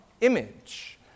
image